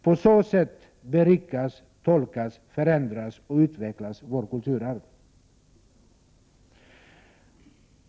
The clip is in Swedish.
På så sätt berikas, tolkas, förändras och utvecklas vårt kulturarv.